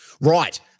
Right